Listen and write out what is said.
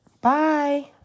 Bye